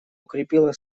укрепила